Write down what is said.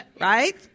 Right